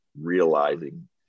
realizing